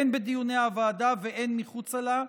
הן בדיוני הוועדה והן מחוצה לה,